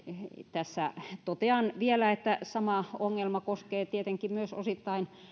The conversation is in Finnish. tässä totean vielä että sama ongelma koskee tietenkin osittain myös